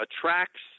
attracts